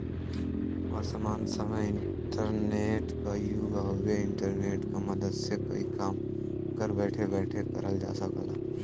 वर्तमान समय इंटरनेट क युग हउवे इंटरनेट क मदद से कई काम घर बैठे बैठे करल जा सकल जाला